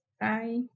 Bye